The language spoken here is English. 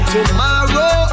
Tomorrow